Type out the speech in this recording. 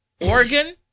Oregon